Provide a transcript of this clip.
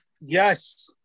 Yes